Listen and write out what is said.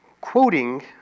quoting